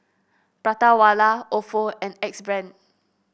Prata Wala Ofo and Axe Brand